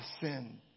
sin